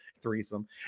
threesome